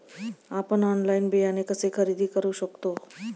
आपण ऑनलाइन बियाणे कसे खरेदी करू शकतो?